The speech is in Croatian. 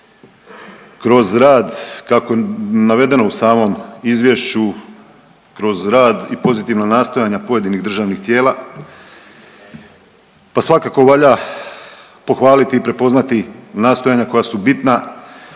kroz rad kako je navedeno u samom izvješću kroz rad i pozitivna nastojanja pojedinih državnih tijela, pa svakako valja pohvaliti i prepoznati nastojanja koja su bitna